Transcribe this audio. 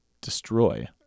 destroy